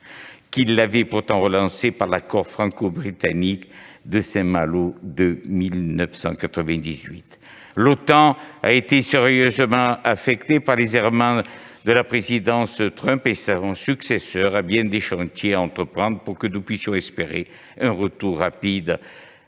qu'ils l'avaient relancée par la déclaration franco-britannique de Saint-Malo de 1998. L'OTAN a été sérieusement affectée par les errements de la présidence Trump et son successeur a bien des chantiers à entreprendre pour que nous puissions espérer un retour rapide